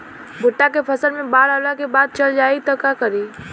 भुट्टा के फसल मे बाढ़ आवा के बाद चल जाई त का करी?